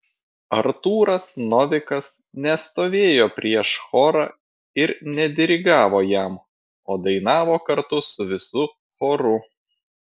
artūras novikas nestovėjo prieš chorą ir nedirigavo jam o dainavo kartu su visu choru